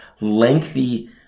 lengthy